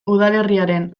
udalerriaren